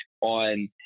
on